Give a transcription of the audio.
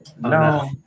No